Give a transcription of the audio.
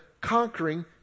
conquering